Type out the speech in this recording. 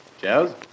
Cheers